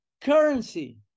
currency